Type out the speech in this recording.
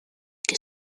que